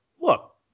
look